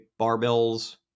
barbells